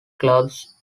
clubs